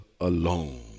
alone